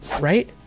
right